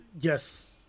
yes